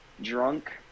Drunk